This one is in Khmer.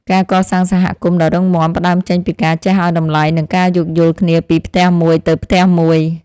ការកសាងសហគមន៍ដ៏រឹងមាំផ្ដើមចេញពីការចេះឱ្យតម្លៃ និងការយោគយល់គ្នាពីផ្ទះមួយទៅផ្ទះមួយ។